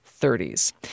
30s